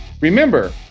remember